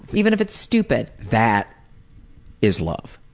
even if it's stupid. that is love.